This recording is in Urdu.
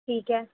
ٹھیک ہے